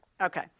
Okay